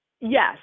Yes